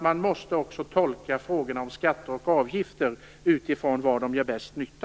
Man måste tolka frågorna om skatter och avgifter utifrån var de gör bäst nytta.